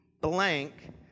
blank